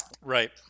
Right